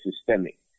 systemic